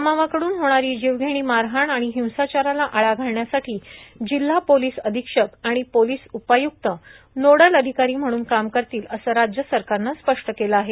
जमावाकडून होणारी जीवघेणी मारहाण आणि हिंसाचाराला आळा घालण्यासाठी जिल्हा पोलीस अधीक्षक आणि पोलीस उपाय्रक्त नोडल अधिकारी म्हणून काम करतील असं राज्य सरकारनं स्पष्ट केलं आहे